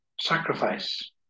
sacrifice